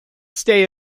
stay